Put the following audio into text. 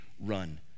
run